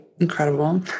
incredible